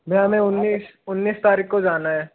भैया हमें उन्नीस उन्नीस तारीख को जाना है